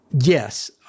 Yes